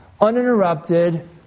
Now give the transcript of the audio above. uninterrupted